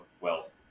wealth